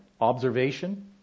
observation